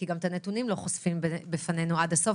כי גם את הנתונים לא חושפים בפנינו עד הסוף,